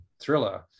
thriller